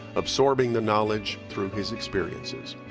absorbing the knowledge through his experiences.